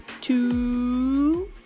two